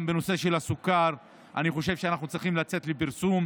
וגם בנושא של הסוכר אני חושב שאנחנו צריכים לצאת לפרסום,